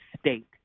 state